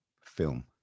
film